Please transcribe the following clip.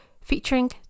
featuring